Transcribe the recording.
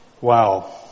Wow